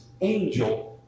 angel